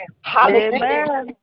Hallelujah